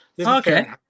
okay